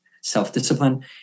self-discipline